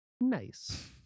Nice